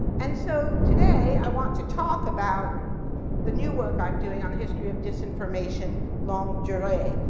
and so today i want to talk about the new work i'm doing on the history of disinformation long duree.